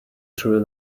through